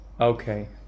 Okay